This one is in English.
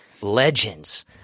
legends